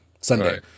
Sunday